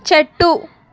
చెట్టు